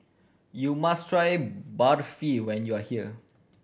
you must try Barfi when you are here